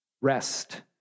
Rest